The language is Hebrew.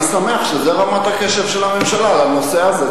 אני שמח שזאת רמת הקשב של הממשלה לנושא הזה.